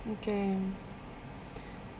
okay